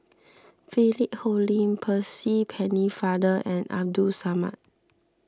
Philip Hoalim Percy Pennefather and Abdul Samad